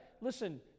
Listen